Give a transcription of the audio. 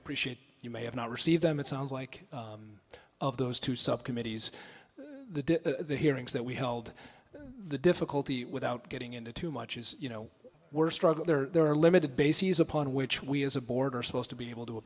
appreciate you may have not received them it sounds like of those two subcommittees the hearings that we held the difficulty without getting into too much is you know we're struggle there are limited bases upon which we as a board are supposed to be able to